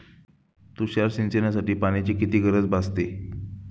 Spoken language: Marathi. तुषार सिंचनासाठी पाण्याची किती गरज भासते?